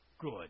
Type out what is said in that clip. good